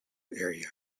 area